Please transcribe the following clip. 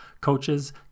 coaches